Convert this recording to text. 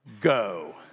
go